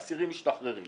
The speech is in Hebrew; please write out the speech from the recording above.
אסירים משתחררים.